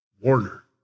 Warner